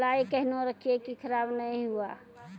कलाई केहनो रखिए की खराब नहीं हुआ?